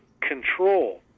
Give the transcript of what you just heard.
control